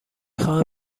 خواهم